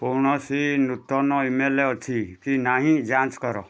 କୌଣସି ନୂତନ ଇମେଲ୍ ଅଛି କି ନାହିଁ ଯାଞ୍ଚ କର